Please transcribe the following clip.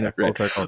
okay